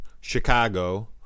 Chicago